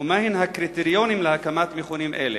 ומהם הקריטריונים להקמת מכונים כאלה?